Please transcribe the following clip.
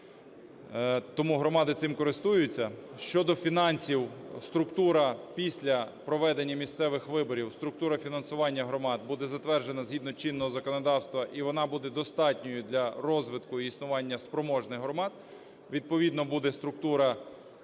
тому громади цим користуються. Щодо фінансів. Структура після проведення місцевих виборів, структура фінансування громад буде затверджена згідно чинного законодавства, і вона буде достатньою для розвитку і існування спроможних громад, відповідно буде структура